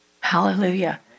Hallelujah